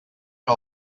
que